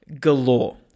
galore